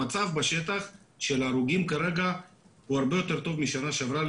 המצב בשטח של הרוגים כרגע הוא הרבה יותר טוב משנה שעברה,